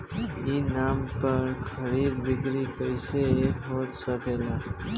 ई नाम पर खरीद बिक्री कैसे हो सकेला?